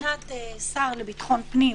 מבחינת השר לביטחון הפנים,